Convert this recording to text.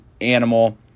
animal